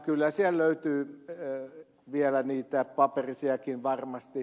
kyllä sieltä vielä löytyy niitä paperisiakin varmasti